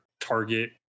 target